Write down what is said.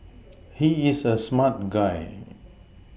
he is a smart guy